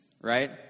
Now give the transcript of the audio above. right